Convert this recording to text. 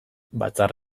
batzar